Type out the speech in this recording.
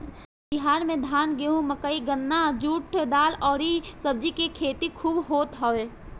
बिहार में धान, गेंहू, मकई, गन्ना, जुट, दाल अउरी सब्जी के खेती खूब होत हवे